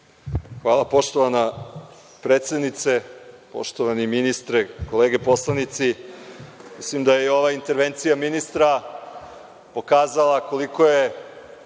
Hvala, poštovana predsednice. Poštovani ministre, kolege poslanici, mislim da je ova intervencija ministra pokazala koliko je